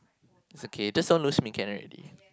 it's okay just don't lose me can already